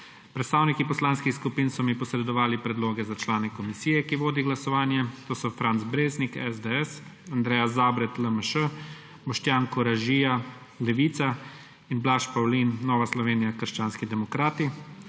Predstavniki poslanskih skupin so mi posredovali predloge za člane komisije, ki vodi glasovanje. To so Franc Breznik, SDS, Andreja Zabret, LMŠ, Boštjan Koražija, Levica, in Blaž Pavlin Nova Slovenija – krščanski demokrati.